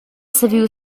saviu